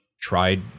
tried